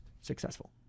successful